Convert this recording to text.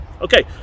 okay